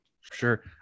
Sure